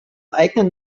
eigenen